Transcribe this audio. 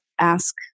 ask